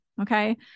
okay